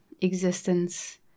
existence